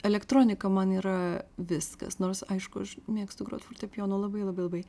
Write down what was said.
elektronika man yra viskas nors aišku aš mėgstu grot fortepijonu labai labai ilgai